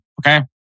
okay